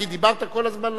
כי דיברת כל הזמן לעניין.